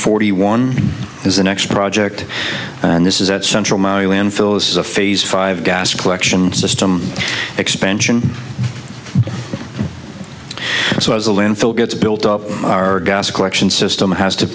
forty one is the next project and this is at central landfills is a fair five gas collection system expansion so as the landfill gets built up our gas collection system has to